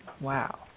Wow